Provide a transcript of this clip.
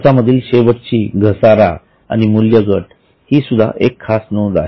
खर्चामधील शेवटची घसारा आणि मूल्यघट हि सुद्धा एक खास नोंद आहे